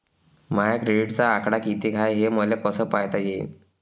माया क्रेडिटचा आकडा कितीक हाय हे मले कस पायता येईन?